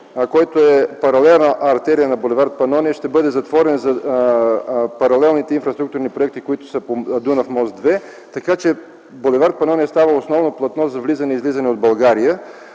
който е паралелна артерия на бул. „Панония”, ще бъде затворен за паралелните инфраструктурни проекти, които са по „Дунав мост 2”, така че бул. „Панония” става основно платно за влизане и излизане от България.